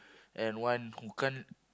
and one who can't